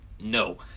No